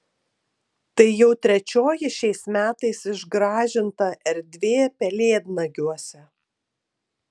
tai jau trečioji šiais metais išgražinta erdvė pelėdnagiuose